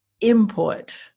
input